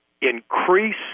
increase